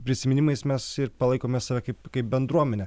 prisiminimais mes palaikome save kaip kaip bendruomenę